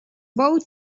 boat